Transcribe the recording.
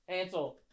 Ansel